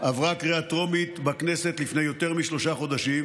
עברה קריאה טרומית בכנסת לפני יותר משלושה חודשים,